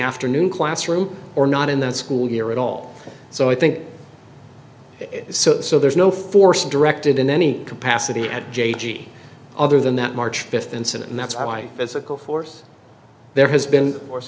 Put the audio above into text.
afternoon classroom or not in that school year at all so i think so so there's no force directed in any capacity at j g other than that march fifth incident and that's i physical force there has been for